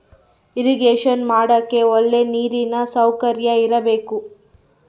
irrigation ಮಾಡಕ್ಕೆ ಒಳ್ಳೆ ನೀರಿನ ಸೌಕರ್ಯ ಇರಬೇಕು